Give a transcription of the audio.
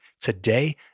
today